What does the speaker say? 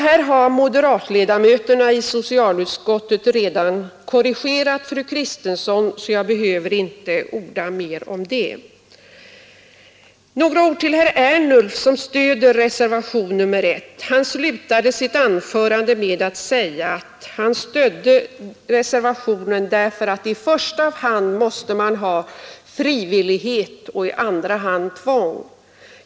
Här har moderatledamöterna i socialutskottet redan korrigerat fru Kristensson, så jag behöver inte orda mer om detta. Några ord till herr Ernulf, som stöder reservation 1. Han slutade sitt anförande med att säga att han stödde reservationen därför att i första hand måste man ha frivillighet och i andra hand tvång.